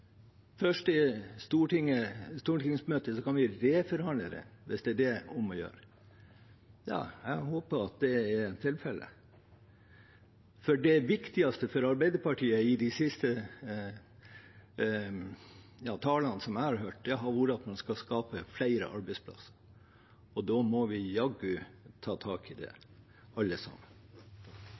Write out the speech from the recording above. I stortingsmøtet kan vi reforhandle den hvis det er det om å gjøre. Jeg håper at det er tilfellet. For det viktigste for Arbeiderpartiet, ut ifra de siste innleggene jeg har hørt, har vært at man skal skape flere arbeidsplasser. Da må vi jaggu ta tak i det alle sammen.